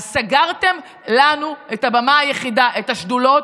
אז סגרתם לנו את הבמה היחידה: את השדולות,